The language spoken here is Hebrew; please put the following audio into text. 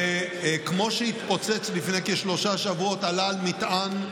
כמו שהתפוצץ לפני כשלושה שבועות, עלה על מטען,